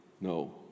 no